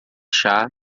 chá